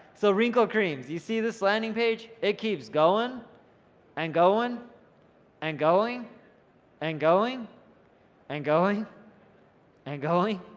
so wrinkle creams. you see this landing page? it keeps going and going and going and going and going and going.